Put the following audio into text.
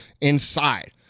inside